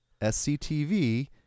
SCTV